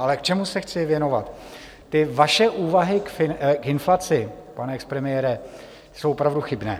Ale čemu se chci věnovat, ty vaše úvahy k inflaci, pane expremiére, jsou opravdu chybné.